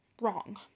wrong